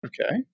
Okay